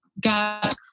got